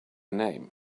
name